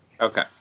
Okay